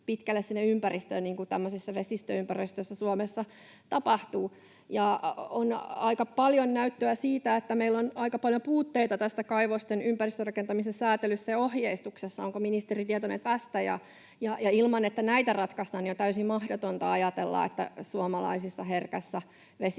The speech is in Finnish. pitkälle sinne ympäristöön, niin kuin tämmöisissä vesistöympäristöissä Suomessa tapahtuu. Ja on aika paljon näyttöä siitä, että meillä on aika paljon puutteita kaivosten ympäristörakentamisen säätelyssä ja ohjeistuksessa. Onko ministeri tietoinen tästä? Ilman että näitä ratkaistaan, on täysin mahdotonta ajatella, että herkässä suomalaisessa